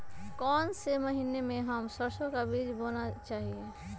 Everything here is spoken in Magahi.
कौन से महीने में हम सरसो का बीज बोना चाहिए?